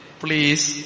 please